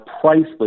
priceless